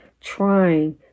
trying